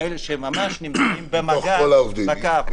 כאלה שממש נמצאים במגע עם הקהל.